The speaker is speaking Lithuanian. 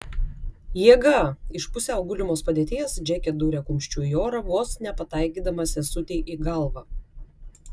jėga iš pusiau gulimos padėties džeke dūrė kumščiu į orą vos nepataikydama sesutei į galvą